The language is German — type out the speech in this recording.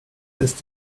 ist